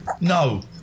No